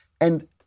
And-